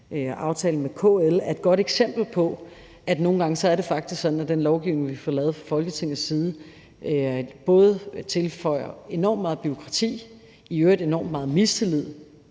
aftalen med KL, er et godt eksempel på, at det nogle gange faktisk er sådan, at den lovgivning, vi får lavet fra Folketingets side, både tilføjer enormt meget bureaukrati – og i øvrigt skaber enormt meget mistillid